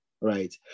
Right